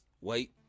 wait